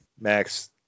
Max